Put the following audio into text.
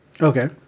Okay